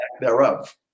thereof